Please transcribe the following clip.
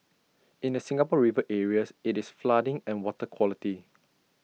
in the Singapore river areas IT is flooding and water quality